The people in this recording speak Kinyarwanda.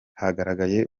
hagaragaye